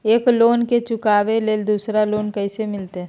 एक लोन के चुकाबे ले दोसर लोन कैसे मिलते?